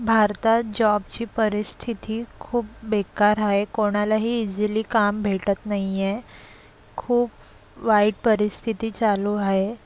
भारतात जॉबची परिस्थिती खूप बेकार आहे कोणालाही इझिली काम भेटत नाही आहे खूप वाईट परिस्थिती चालू आहे